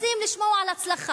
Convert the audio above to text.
אנחנו רוצים לשמוע על הצלחה.